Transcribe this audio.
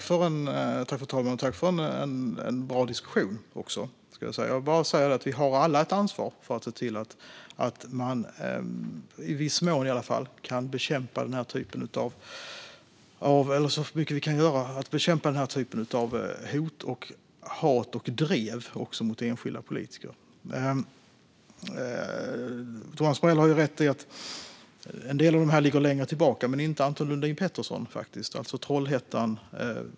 Fru talman! Jag tackar för en bra diskussion. Vi har alla ett ansvar för att se till att så mycket vi kan göra bekämpa den här typen av hot, hat och drev mot enskilda politiker. Thomas Morell har rätt i att en del av det här ligger längre tillbaka i tiden, men det gäller inte Anton Lundin Pettersson och våldsdådet i Trollhättan.